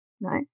Nice